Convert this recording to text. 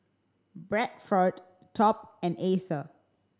Bradford Top and Acer